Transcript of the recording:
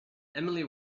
emily